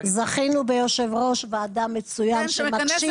זכינו ביושב ראש ועדה מצוין שמקשיב